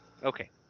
Okay